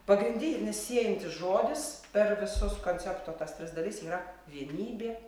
pagrindinis siejantis žodis per visus koncepto tas tris dalis yra vienybė